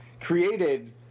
created